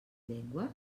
llengües